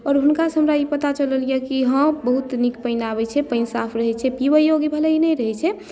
आओर हुनकासँ हमरा ई पता चलल यऽ कि हँ बहुत नीक पानि आबै छै पानि साफ रहै छै पिबै योग्य भले नहि रहै छै